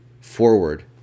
forward